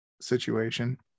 situation